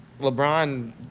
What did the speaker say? LeBron